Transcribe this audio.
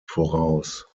voraus